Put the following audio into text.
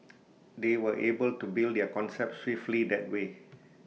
they were able to build their concept swiftly that way